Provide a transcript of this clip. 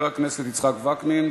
הכנסת יצחק וקנין.